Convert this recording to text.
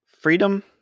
Freedom